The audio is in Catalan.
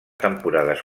temporades